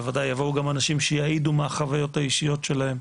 בוודאי שיבואו גם אנשים שיעידו מהחוויות האישיות שלהם.